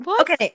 Okay